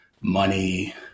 money